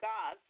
God